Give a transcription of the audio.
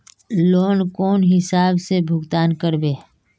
Loan कौन हिसाब से भुगतान करबे?